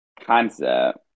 concept